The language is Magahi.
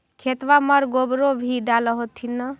खेतबा मर गोबरो भी डाल होथिन न?